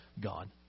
God